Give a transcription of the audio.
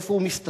איפה הוא מסתתר?